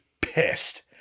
pissed